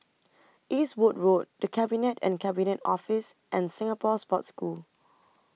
Eastwood Road The Cabinet and Cabinet Office and Singapore Sports School